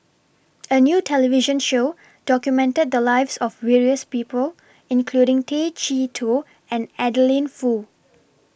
A New television Show documented The Lives of various People including Tay Chee Toh and Adeline Foo